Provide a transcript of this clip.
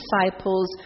disciples